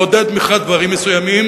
לעודד מצד אחד דברים מסוימים,